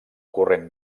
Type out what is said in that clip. corrent